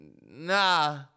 nah